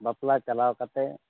ᱵᱟᱯᱞᱟ ᱪᱟᱞᱟᱣ ᱠᱟᱛᱮ